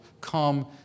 Come